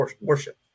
worship